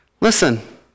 listen